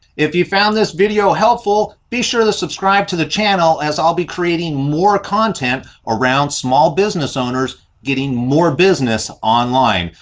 if you found this video helpful be sure to subscribe to the channel as i'll be creating more content around small business owners getting more business online.